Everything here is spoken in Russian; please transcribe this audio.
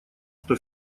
что